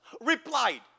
replied